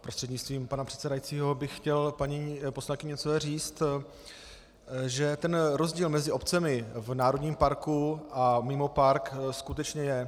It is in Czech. Prostřednictvím pana předsedajícího bych chtěl paní poslankyni Němcové říct, že ten rozdíl mezi obcemi v národním parku a mimo park skutečně je.